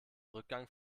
rückgang